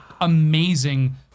amazing